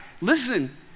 Listen